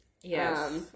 Yes